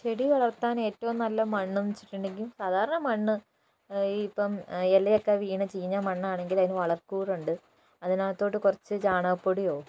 ചെടി വളർത്താൻ ഏറ്റവും നല്ല മണ്ണെന്നു വച്ചിട്ടുണ്ടെങ്കിൽ സാധാരണ മണ്ണ് ഈ ഇപ്പം ഇലയൊക്കെ വീണ് ചീഞ്ഞ മണ്ണാണെങ്കിൽ അതിന് വളക്കൂറുണ്ട് അതിനകത്തോട്ട് കുറച്ച് ചാണകപ്പൊടിയോ